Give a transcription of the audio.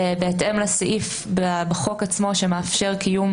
בהתאם לסעיף בחוק עצמו שמאפשר קיום